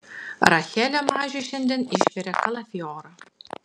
rachelė mažiui šiandien išvirė kalafiorą